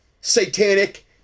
satanic